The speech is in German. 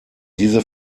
diese